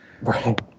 Right